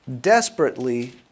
desperately